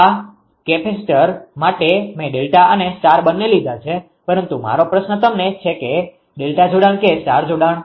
આ કેપેસીટર માટે મે ડેલ્ટા અને સ્ટાર બંને લીધા છે પરંતુ મારો પ્રશ્ન તમને છે કે ડેલ્ટા જોડાણ કે સ્ટાર જોડાણ